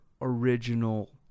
original